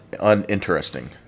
uninteresting